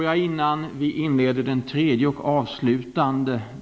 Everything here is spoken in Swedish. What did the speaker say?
Herr talman!